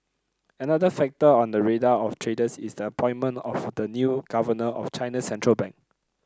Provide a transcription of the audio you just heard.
another factor on the radar of traders is the appointment of the new governor of China's central bank